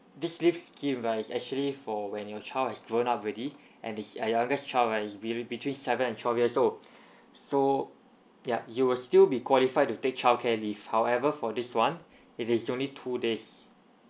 this leave give right is actually for when your child has growing up already and this your youngest child right is be~ between seven and twelve years old so yup you will still be qualified to take childcare leave however for this one it is only two days